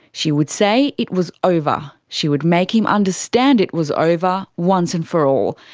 she would say it was over. she would make him understand it was over, once and for all.